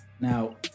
Now